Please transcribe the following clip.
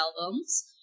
albums